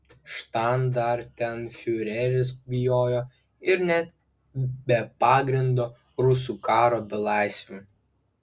štandartenfiureris bijojo ir ne be pagrindo rusų karo belaisvių